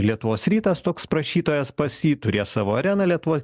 lietuvos rytas toks prašytojas pas jį turės savo areną lietuvoj